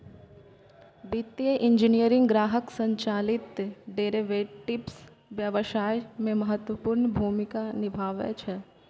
वित्तीय इंजीनियरिंग ग्राहक संचालित डेरेवेटिव्स व्यवसाय मे महत्वपूर्ण भूमिका निभाबै छै